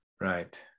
right